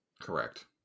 Correct